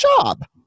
job